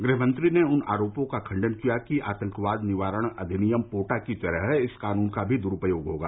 गृहमंत्री ने उन आरोपों का खण्डन किया कि आतंकवाद निवारण अधिनियम पोटा की तरह इस कानून का भी दुरूपयोग होगा